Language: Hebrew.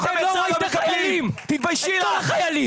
תתביישי לך.